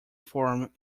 form